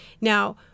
Now